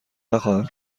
نخواهم